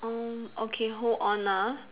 um okay hold on ah